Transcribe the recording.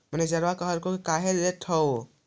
मैनेजरवा कहलको कि काहेला लेथ हहो?